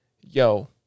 yo